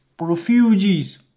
Refugees